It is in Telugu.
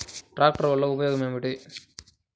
ట్రాక్టర్లు వల్లన ఉపయోగం ఏమిటీ?